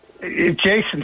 Jason